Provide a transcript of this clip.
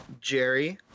Jerry